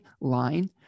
line